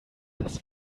das